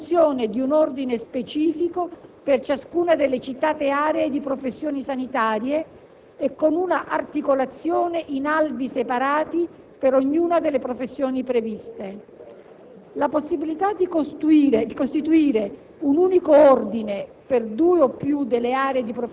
la trasformazione dei collegi professionali esistenti in ordini professionali, con l'istituzione di un ordine specifico per ciascuna delle citate aree di professioni sanitarie e con un'articolazione in albi separati per ognuna delle professioni previste;